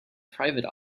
private